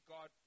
God